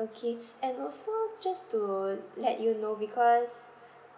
okay and also just to let you know because